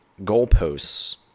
goalposts